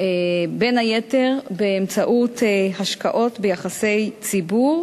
בין היתר באמצעות השקעות ביחסי ציבור